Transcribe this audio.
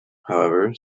however